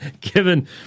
Given